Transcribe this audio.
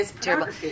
terrible